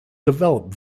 developed